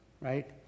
right